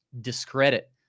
discredit –